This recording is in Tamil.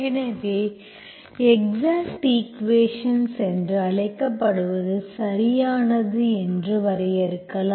எனவே எக்ஸாக்ட் ஈக்குவேஷன்ஸ் என்று அழைக்கப்படுவதை சரியானது என்று வரையறுக்கலாம்